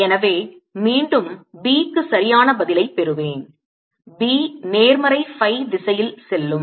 எனவே மீண்டும் B க்கு சரியான பதிலைப் பெறுவேன் B நேர்மறை phi திசையில் செல்லும்